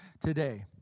today